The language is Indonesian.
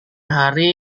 hari